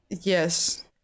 Yes